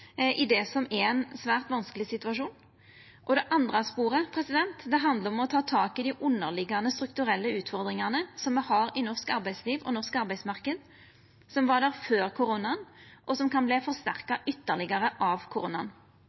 i det som er ein svært vanskeleg situasjon. Det andre sporet handlar om å ta tak i dei underliggjande strukturelle utfordringane som me har i norsk arbeidsliv og norsk arbeidsmarknad, som var der før koronaen, og som kan verta forsterka ytterlegare av